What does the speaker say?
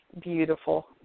beautiful